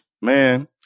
Man